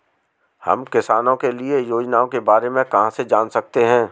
हम किसानों के लिए योजनाओं के बारे में कहाँ से जान सकते हैं?